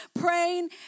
praying